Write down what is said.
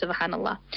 subhanallah